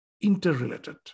interrelated